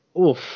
oof